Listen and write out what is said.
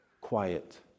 quiet